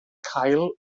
cael